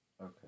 Okay